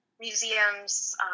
museums